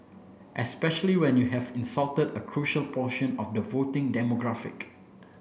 especially when you have insulted a crucial portion of the voting demographic